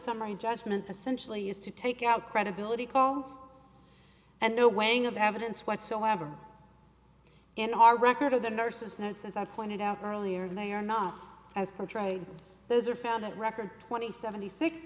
summary judgment essentially is to take out credibility calls and no weighing of evidence whatsoever in our record of the nurses notes as i pointed out earlier they are not as portrayed those are found at record twenty seventy six